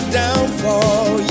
downfall